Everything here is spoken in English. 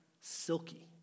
silky